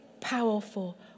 powerful